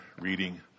reading